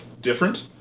different